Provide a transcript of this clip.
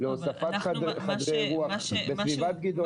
להוספת חדרי אירוח בסביבת גדעונה.